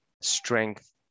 strength